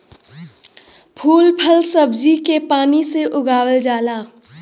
फूल फल सब्जी के पानी से उगावल जाला